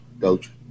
coach